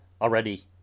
already